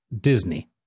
Disney